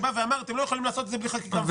שאמר: אתם לא יכולים לעשות את זה בלי חקיקה ראשית.